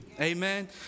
Amen